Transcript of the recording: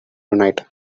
tonight